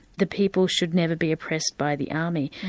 the people should never be oppressed by the army.